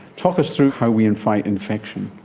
talk us through how we and fight infection.